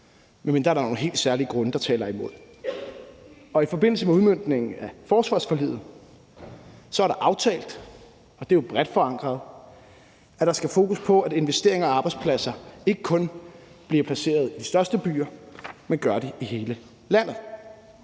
der er nogle helt særlige grunde, der taler imod. I forbindelse med udmøntningen af forsvarsforliget er det aftalt, og det er jo bredt forankret, at der skal fokus på, at investeringer i arbejdspladser ikke kun bliver placeret i de største byer, men gør det i hele landet.